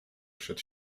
przed